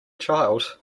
child